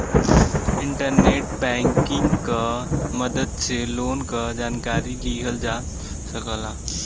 internet banking क मदद से लोन क जानकारी लिहल जा सकला